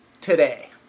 today